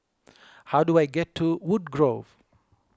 how do I get to Woodgrove